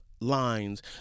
lines